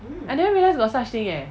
I never realise got such thing eh